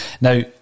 Now